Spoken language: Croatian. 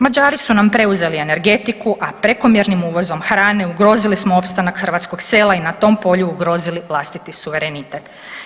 Mađari su nam preuzeli energetiku, a prekomjernim uvozom hrane ugrozili smo opstanak hrvatskog sela i na tom polju ugrozili vlastiti suverenitet.